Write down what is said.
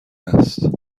است